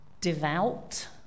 devout